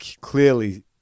clearly